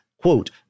quote